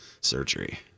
surgery